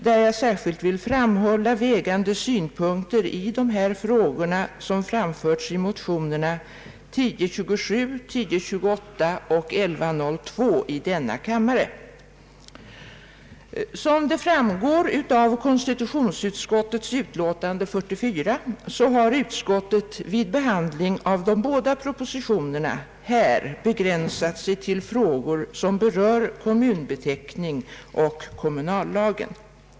Jag vill särskilt framhålla de vägande synpunkter i dessa frågor som har anförts i motionerna i denna kammare nr 1027, 1028 och 1102. Som framgår av konstitutionsutskottets utlåtande nr 44 har utskottet vid behandlingen av de båda propositionerna begränsat sig till frågor som berör enhetlig kommunbeteckning och kommunallagen.